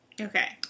Okay